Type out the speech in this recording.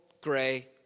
gray